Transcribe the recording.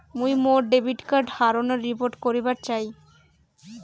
মুই মোর debit card হারানোর রিপোর্ট করিবার চাই